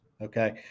Okay